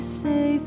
say